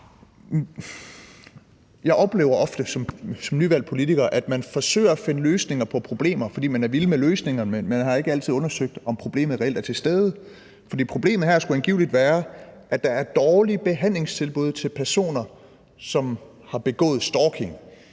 politiker, at man forsøger at finde løsninger på problemer, fordi man er vild med løsninger, men man har ikke altid undersøgt, om problemet reelt er til stede. For problemet her skulle angiveligt være, at der er dårlige behandlingstilbud til personer, som har begået stalking.